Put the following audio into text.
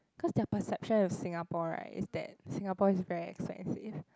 cause their perception of Singapore right is that Singapore is very expensive